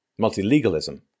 Multilegalism